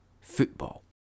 Football